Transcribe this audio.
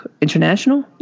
international